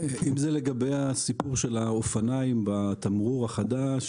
אם זה לגבי הסיפור של האופניים בתמרור החדש,